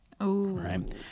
right